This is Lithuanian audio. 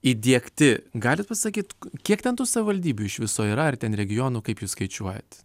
įdiegti galit pasakyt kiek ten tų savivaldybių iš viso yra ar ten regionų kaip jūs skaičiuojat